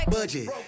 Budget